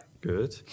Good